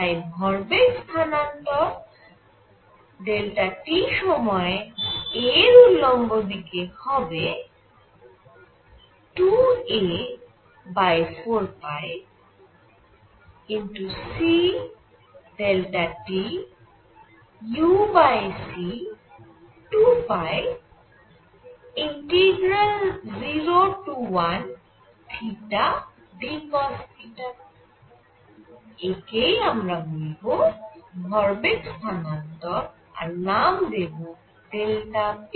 তাই ভরবেগ স্থানান্তর Δt সময়ে a এর উল্লম্ব দিকে হবে 2a4πctuc2π01θdcosθ একেই আমরা বলব ভরবেগ স্থানান্তর আর নাম দেব p